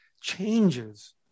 changes